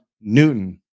Newton